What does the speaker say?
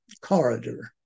corridor